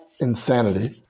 insanity